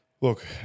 look